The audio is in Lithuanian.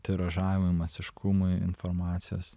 tiražavimas aiškumai informacijos